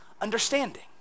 understanding